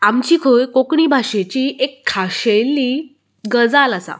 आमची खंय कोंकणी भाशेची एक खाशेली गजाल आसा